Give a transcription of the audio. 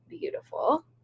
beautiful